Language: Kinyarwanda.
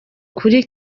kuri